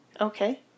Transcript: Okay